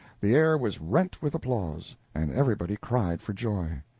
the air was rent with applause, and everybody cried for joy.